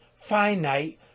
finite